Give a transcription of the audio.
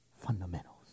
Fundamentals